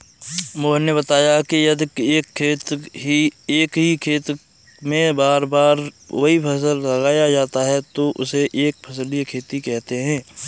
मोहन ने बताया कि यदि एक ही खेत में बार बार वही फसल लगाया जाता है तो उसे एक फसलीय खेती कहते हैं